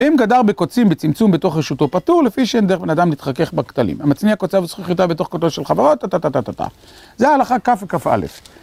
אם גדר בקוצים, בצמצום, בתוך רשותו פטור, לפי שאין דרך בן אדם להתחכך בכתלים. המצניע קוציו וזכוכיותיו בתוך כותלו של חברו, טה-טה-טה-טה-טה-טה. זה ההלכה כ׳ וכא׳